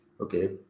Okay